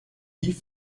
nie